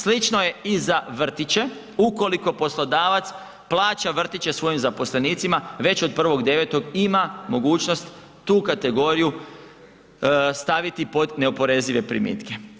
Slično je i za vrtiće ukoliko poslodavac plaća vrtiće svojim zaposlenicima već od 1.9. ima mogućnost tu kategoriju staviti pod neoporezive primitke.